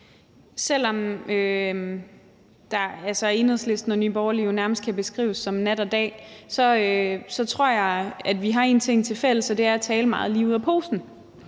Selv om Enhedslisten og Nye Borgerlige jo nærmest kan beskrives som nat og dag, tror jeg, at vi har en ting tilfælles, og det er at tale meget lige ud af posen.